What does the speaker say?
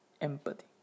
empathy